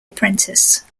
apprentice